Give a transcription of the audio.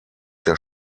der